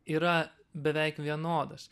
yra beveik vienodas